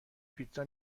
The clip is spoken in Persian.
پیتزا